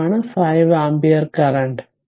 ഇതാണ് 5 ampere current